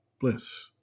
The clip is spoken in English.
bliss